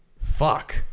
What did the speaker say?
fuck